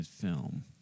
film